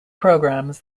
programmes